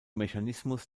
mechanismus